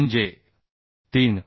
म्हणजे 3